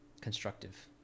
constructive